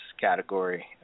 category